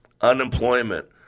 Unemployment